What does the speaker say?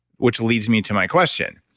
which leads me to my question.